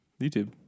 YouTube